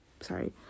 sorry